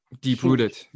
deep-rooted